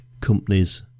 companies